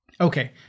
Okay